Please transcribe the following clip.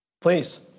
please